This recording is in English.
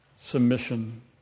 submission